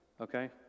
okay